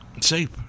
safe